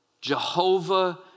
Jehovah